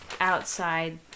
outside